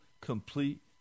complete